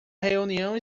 reunião